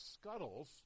scuttles